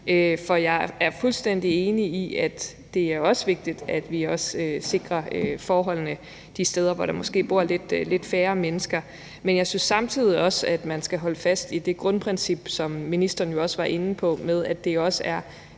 For jeg er fuldstændig enig i, at det også er vigtigt, at vi sikrer forholdene de steder, hvor der måske bruger lidt færre mennesker. Men jeg synes samtidig, at man skal holde fast i det grundprincip, som ministeren jo også var inde på, med, at det er